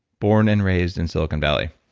born and raised in silicon valley.